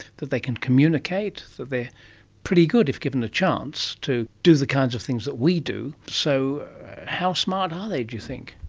that they can communicate, that they are pretty good if given a chance to do the kinds of things that we do. so how smart are they, do you think?